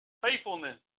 faithfulness